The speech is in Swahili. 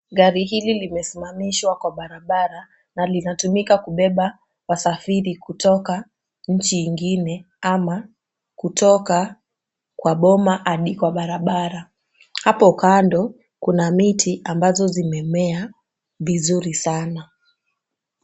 Gari hili limesimamishwa kwa barabara na linatumika kubeba wasafiri kutoka nchi ingine ama kutoka kwa boma hadi kwa barabara. Hapo kando kuna miti ambazo zimemea vizuri sana.